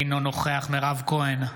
אינו נוכח מירב כהן,